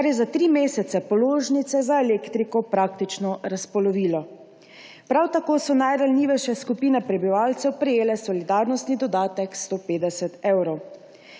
kar je za tri mesece položnice za elektriko praktično razpolovilo. Prav tako so najranljivejše skupine prebivalcev prejele solidarnostni dodatek 150 evrov.